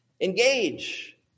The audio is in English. engage